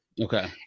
Okay